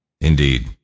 Indeed